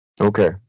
Okay